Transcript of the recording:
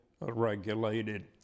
regulated